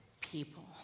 people